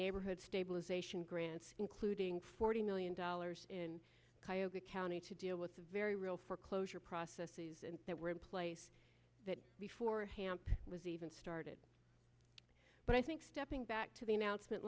neighborhood stabilization grants including forty million dollars in cuyahoga county to deal with the very real foreclosure processes that were in place that before hamp was even started but i think stepping back to the announcement